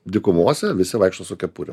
dykumose visi vaikšto su kepurėm